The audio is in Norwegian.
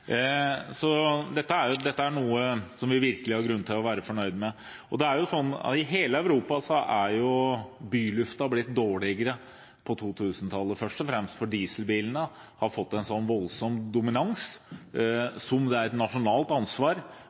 Dette er noe vi virkelig har grunn til å være fornøyd med. I hele Europa er byluften blitt dårligere på 2000-tallet, først og fremst fordi dieselbilene har fått en sånn voldsom dominans. Det er et nasjonalt ansvar